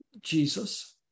Jesus